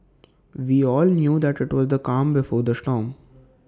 we all knew that IT was the calm before the storm